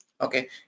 Okay